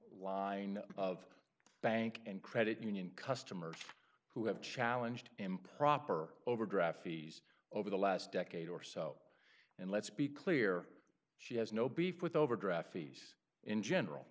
line of bank and credit union customers who have challenged improper overdraft fees over the last decade or so and let's be clear she has no beef with overdraft fees in general